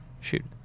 Shoot